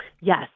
Yes